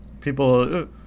people